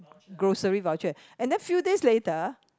grocery voucher and then few days later